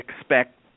expect